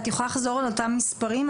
את יכולה לחזור על אותם מספרים,